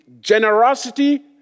generosity